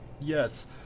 Yes